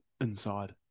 inside